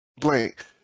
blank